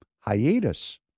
hiatus